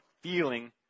feeling